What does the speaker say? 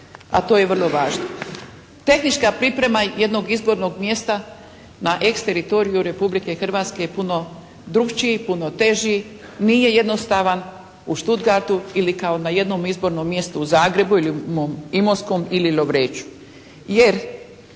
zato je vrlo važno